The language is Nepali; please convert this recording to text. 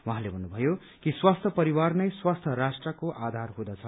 उहाँले भन्नुभयो कि स्वास्थ्य परिवार नै स्वास्थ्य राष्ट्रको आधार हुँदछ